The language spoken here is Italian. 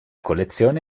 collezione